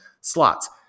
slots